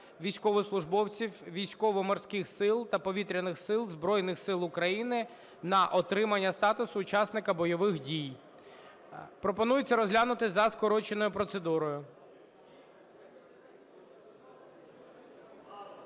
військовослужбовців Військово-морських сил та Повітряних сил Збройних Сил України на отримання статусу учасника бойових дій). Пропонується розглянути за скороченою процедурою.